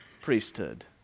priesthood